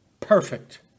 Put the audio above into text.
Perfect